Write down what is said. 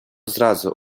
зразу